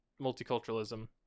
multiculturalism